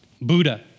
Buddha